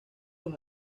los